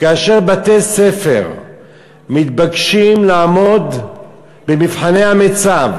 בתי-ספר מתבקשים לעמוד במבחני המיצ"ב